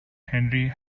henry